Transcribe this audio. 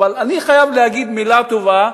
אבל אני חייב להגיד מלה טובה,